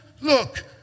look